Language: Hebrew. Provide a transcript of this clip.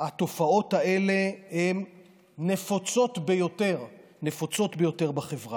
שהתופעות האלה נפוצות ביותר בחברה.